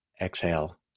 Exhale